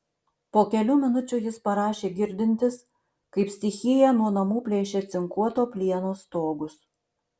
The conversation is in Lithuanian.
po kelių minučių jis parašė girdintis kaip stichija nuo namų plėšia cinkuoto plieno stogus